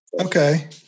Okay